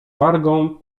wargą